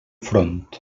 front